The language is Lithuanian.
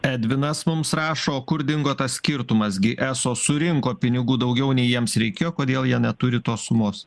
edvinas mums rašo o kur dingo tas skirtumas gi eso surinko pinigų daugiau nei jiems reikėjo kodėl jie neturi tos sumos